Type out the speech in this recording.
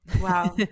Wow